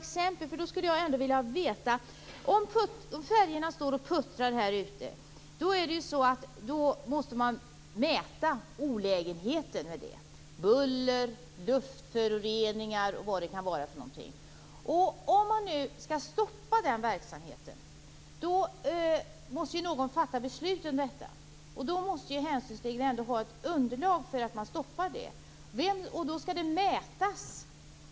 Om färjorna står och puttrar här utanför så måste man mäta olägenheten med det - buller, luftföroreningar, m.m. Om man skall stoppa denna verksamhet, måste någon fatta beslut om detta. Det måste då finnas ett underlag för att stoppa verksamheten.